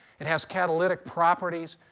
it has catalytic properties.